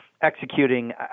executing